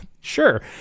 Sure